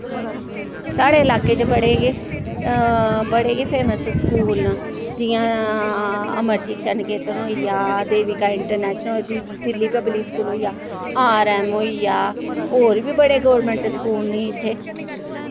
साढ़े इलाके च बड़े गै बड़े गै फेमस स्कूल न जि'यां अमर शिक्षा निकेतन होइया देविका इंटरनैशनल दिल्ली पब्लिक होइया आर एम होइया और बी बड़े गोरमैंट स्कूल न इत्थै